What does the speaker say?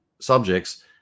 subjects